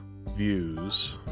views